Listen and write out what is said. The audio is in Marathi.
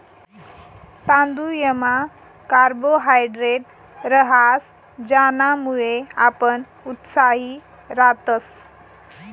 तांदुयमा कार्बोहायड्रेट रहास ज्यानामुये आपण उत्साही रातस